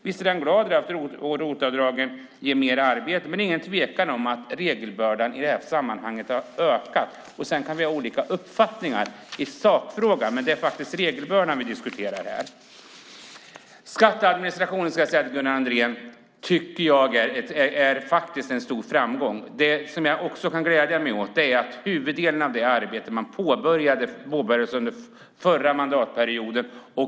Visst är han glad åt att ROT-avdragen ger mer arbete, men det är ingen tvekan om att regelbördan i detta sammanhang har ökat. Vi kan ha olika uppfattningar i sakfrågan, men det är regelbördan vi diskuterar. Till Gunnar Andrén vill jag säga att skatteadministrationen är en stor framgång. Det jag också gläder mig åt är att huvuddelen av arbetet påbörjades under förra mandatperioden.